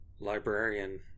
librarian